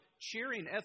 cheering